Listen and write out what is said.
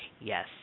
yes